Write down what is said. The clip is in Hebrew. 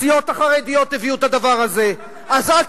הסיעות החרדיות הביאו את הדבר הזה, אז אל תתפלא.